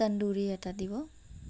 তন্দুৰী এটা দিব